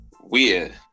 weird